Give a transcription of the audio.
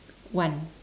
one